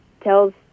tells